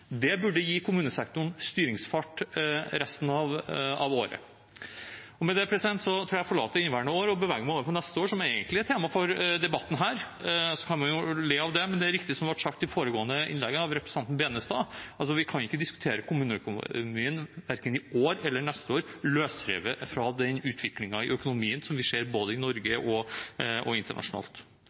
Det burde gi kommunesektoren styringsfart resten av året. Med det tror jeg jeg forlater inneværende år og beveger meg over på neste år, som egentlig er tema for debatten her. Man kan jo le av det, men det er riktig som det ble sagt av representanten Tveiten Benestad i foregående innlegg, at vi kan ikke diskutere kommuneøkonomien verken i år eller neste år løsrevet fra den utviklingen i økonomien som vi ser både i Norge og internasjonalt. Det er de sterke fellesskapene rundt omkring i små og